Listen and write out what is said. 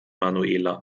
manuela